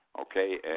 okay